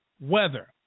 weather